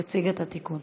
יציג את התיקון.